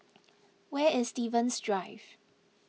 where is Stevens Drive